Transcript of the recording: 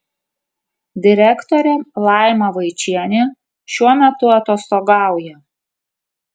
direktorė laima vaičienė šiuo metu atostogauja